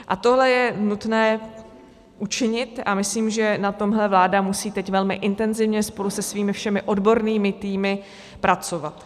A tohle je nutné učinit a myslím, že na tomhle vláda musí teď velmi intenzivně spolu se svými všemi odbornými týmy pracovat.